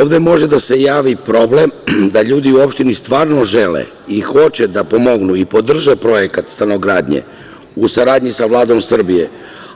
Ovde može da se javi problem da ljudi u opštini stvarno žele i hoće da pomognu i podrže projekat stanogradnje u saradnji sa Vladom Republike Srbije,